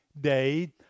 day